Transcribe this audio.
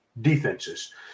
defenses